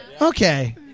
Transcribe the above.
Okay